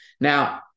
Now